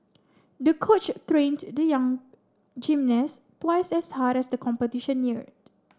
the coach trained the young gymnast twice as hard as the competition neared